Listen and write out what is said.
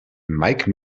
mike